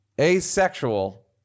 asexual